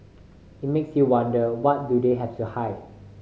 it makes you wonder what do they have to hide